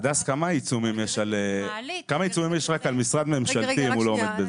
מה גובה העיצומים על משרד ממשלתי אם הוא לא עומד בזה?